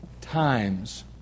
times